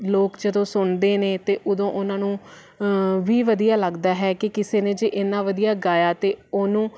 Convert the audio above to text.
ਲੋਕ ਜਦੋਂ ਸੁਣਦੇ ਨੇ ਤਾਂ ਉਦੋਂ ਉਹਨਾਂ ਨੂੰ ਵੀ ਵਧੀਆ ਲੱਗਦਾ ਹੈ ਕਿ ਕਿਸੇ ਨੇ ਜੇ ਇੰਨਾ ਵਧੀਆ ਗਾਇਆ ਅਤੇ ਉਹਨੂੰ